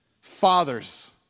Fathers